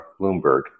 Bloomberg